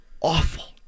Awful